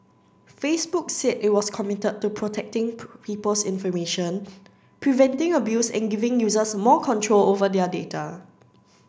Facebook said it was committed to protecting people's information preventing abuse and giving users more control over their data